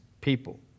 people